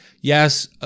Yes